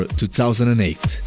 2008